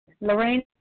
Lorraine